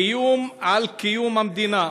איום על קיום המדינה.